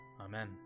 Amen